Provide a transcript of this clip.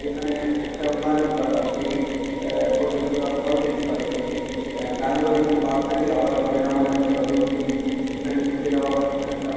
যেখানে একটা ভয়ানক ব্যাপার যে পর্যটকরা ভয় পেতে পারে যে ডাঙায়ও যেরকম বাঘ থাকে আবার জলে নামা যাবে না জলেও কুমির সেখানে ঘুরতে যাওয়া হয়তো খানিকটা